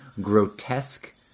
grotesque